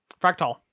fractal